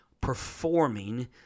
performing